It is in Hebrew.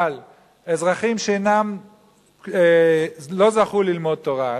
אבל אזרחים שלא זכו ללמוד תורה,